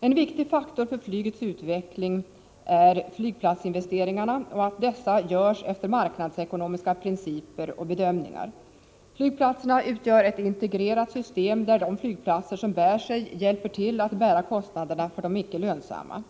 En viktig faktor för flygets utveckling är som sagt flygplatsinvesteringarna och att dessa görs efter marknadsekonomiska principer och bedömningar. Flygplatserna utgör ett integrerat system, där de flygplatser som bär sig hjälper till att bära kostnaderna för de icke lönsamma.